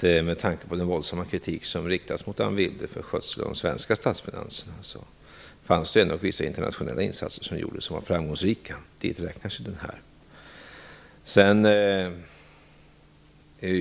Med tanke på den våldsamma kritik som riktats mot Anne Wibble för skötseln av de svenska statsfinanserna fanns det ändå vissa internationella insatser som gjordes som var framgångsrika, och dit räknas den här.